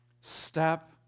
step